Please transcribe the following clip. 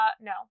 no